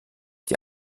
die